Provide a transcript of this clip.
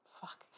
Fuck